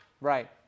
Right